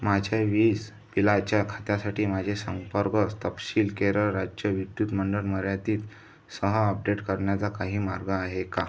माझ्या वीज बिलाच्या खात्यासाठी माझे संपर्क तपशील केरळ राज्य विद्युत मंडळ मर्यादित सह अपडेट करण्याचा काही मार्ग आहे का